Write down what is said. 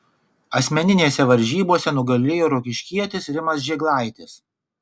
asmeninėse varžybose nugalėjo rokiškietis rimas žėglaitis